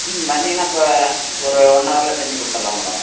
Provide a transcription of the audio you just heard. ம் வந்தீங்கன்னா இப்போ ஒரு ஒன் அவரில் செஞ்சு குடுத்துட்லாம் மேடம்